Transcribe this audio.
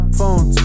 Phones